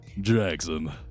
Jackson